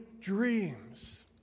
dreams